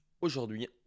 Aujourd'hui